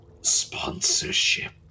sponsorship